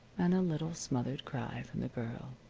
and a little smothered cry from the girl,